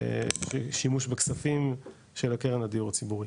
שימוש בכספים של הקרן לדיור הציבורי.